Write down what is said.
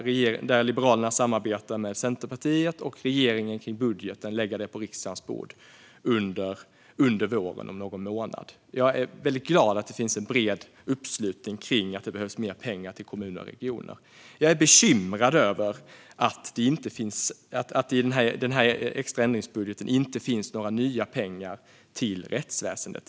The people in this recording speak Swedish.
Liberalerna samarbetar med Centerpartiet och regeringen kring detta i budgeten, och detta kommer vi att lägga på riksdagens bord under våren om någon månad. Jag är väldigt glad över att det finns en bred uppslutning kring att det behövs mer pengar till kommunerna och regionerna. Jag är bekymrad över att det i den här extra ändringsbudgeten inte finns några nya pengar till rättsväsendet.